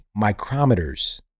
micrometers